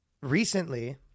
recently